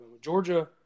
Georgia